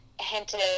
hinted